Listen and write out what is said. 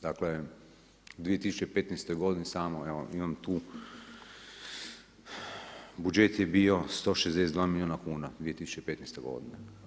Dakle u 2015. godini samo evo imam tu budžet je bio 162 milijuna kuna 2015. godine.